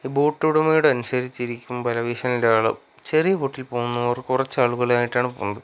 ഈ ബോട്ടുടമയോട് അനുസരിച്ചിരിക്കും വലവീശലിൻ്റെ അളവും ചെറിയ ബോട്ടിൽ പോകുന്നവർ കുറച്ചാളുകളുമായിട്ടാണ് പോകുന്നത്